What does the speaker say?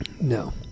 No